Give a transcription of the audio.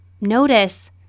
notice